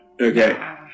Okay